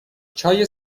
چای